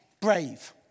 brave